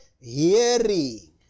hearing